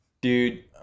Dude